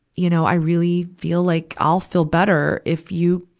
you know, i really feel like, i'll feel better if you,